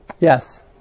Yes